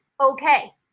okay